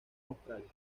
australia